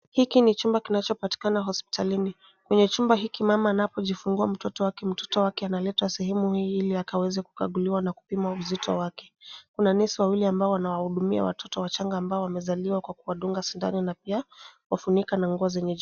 Hiki ni chumba kinachopatikana hospitalini. Kwenye chumba hiki mama anajifungua mtoto wake. Mtoto wake analetewa sehemu hii ili akaweze kukaguliwa na kupimwa uzito wake. Kuna nesi wawili ambao wanawahudumia watoto wachanga ambao wamezaliwa kwa kuwadunga sindano na pia kuwafunika na nguo zenye joto.